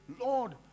Lord